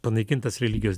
panaikintas religijos